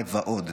פנאי ועוד.